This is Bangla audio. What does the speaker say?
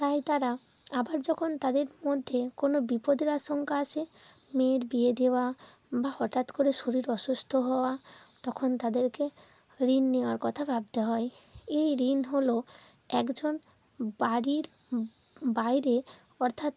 তাই তারা আবার যখন তাদের মধ্যে কোন বিপদের আশঙ্কা আসে মেয়ের বিয়ে দেওয়া বা হঠাৎ করে শরীর অসুস্থ হওয়া তখন তাদেরকে ঋণ নেওয়ার কথা ভাবতে হয় এই ঋণ হল একজন বাড়ির বাইরে অর্থাৎ